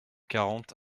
quarante